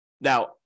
Now